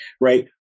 right